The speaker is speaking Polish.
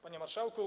Panie Marszałku!